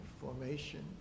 formation